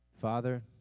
Father